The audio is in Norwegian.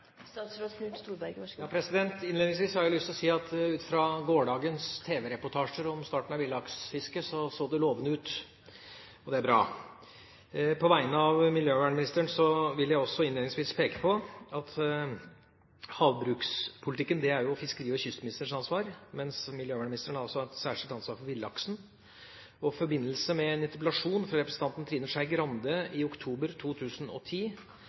Innledningsvis har jeg lyst til å si at ut fra gårsdagens tv-reportasjer om starten av villaksfisket så det lovende ut – og det er bra. På vegne av miljøvernministeren vil jeg også innledningsvis peke på at havbrukspolitikken er fiskeri- og kystministerens ansvar, mens miljøvernministeren har et særskilt ansvar for villaksen. I forbindelse med en interpellasjon fra representanten Trine Skei Grande i oktober 2010